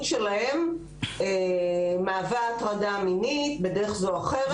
שלהם מהווה הטרדה מינית בדרך זו או אחרת.